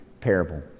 parable